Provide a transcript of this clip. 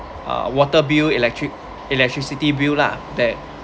ah water bill electric electricity bill lah that